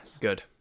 good